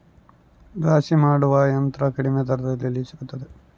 ರಾಶಿ ಮಾಡುವ ಯಂತ್ರ ಕಡಿಮೆ ದರದಲ್ಲಿ ಎಲ್ಲಿ ಸಿಗುತ್ತದೆ?